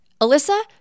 Alyssa